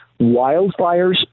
wildfires